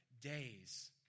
days